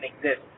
exist